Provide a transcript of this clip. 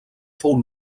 fou